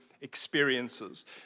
experiences